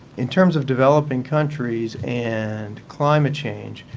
in terms of developing countries and climate change,